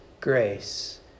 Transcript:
grace